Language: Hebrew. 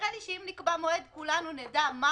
נראה לי שאם נקבע מועד כולנו נדע מה